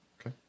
Okay